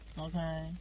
Okay